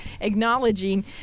acknowledging